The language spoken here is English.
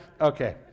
Okay